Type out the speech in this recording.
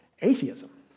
Atheism